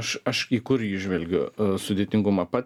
aš aš į kur įžvelgiu sudėtingumą pat